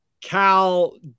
Cal